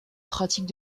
pratique